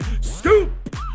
scoop